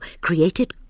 created